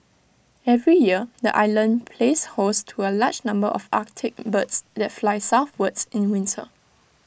every year the island plays host to A large number of Arctic birds that fly southwards in winter